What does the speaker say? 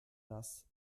das